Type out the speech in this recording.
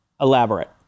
elaborate